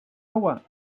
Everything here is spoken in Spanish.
agua